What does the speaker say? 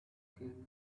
king